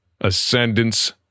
ascendance